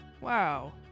Wow